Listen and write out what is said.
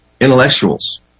intellectuals